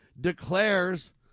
Declares